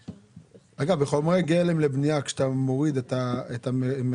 אגב, בחומרי גלם לבנייה כשאתה מוריד את המכסים,